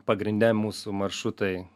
pagrinde mūsų maršrutai